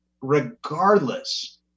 regardless